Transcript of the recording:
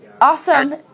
Awesome